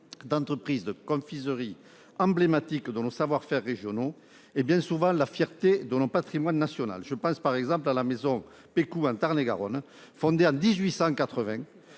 d'entreprises de confiserie emblématiques de nos savoir-faire régionaux et bien souvent fierté de notre patrimoine national. Je pense, par exemple, à la maison Pécou, dans le Tarn-et-Garonne, fondée en 1880,